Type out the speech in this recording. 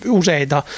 useita